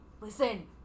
listen